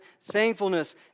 thankfulness